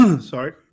Sorry